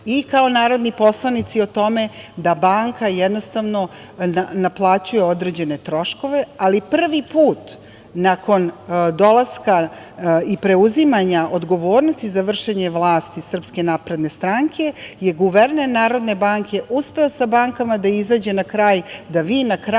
i kao narodni poslanici o tome da banka jednostavno naplaćuje određene troškove, ali prvi put nakon dolaska i preuzimanja odgovornosti za vršenje vlasti SNS, je guverner NBS, uspeo sa bankama da izađe na kraj da vi na kraju